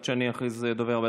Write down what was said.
אחרי שאני אכריז על הדובר הבא.